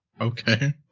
Okay